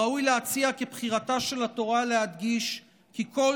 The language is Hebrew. ראוי להציע כי בחירתה של התורה להדגיש כי כל